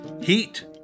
heat